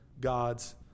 God's